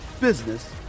business